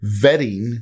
vetting